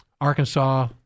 Arkansas